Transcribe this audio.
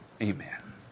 Amen